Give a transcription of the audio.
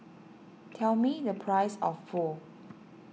tell me the price of Pho